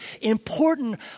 important